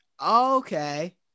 okay